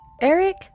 eric